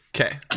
Okay